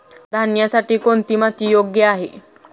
धान्यासाठी कोणती माती योग्य आहे?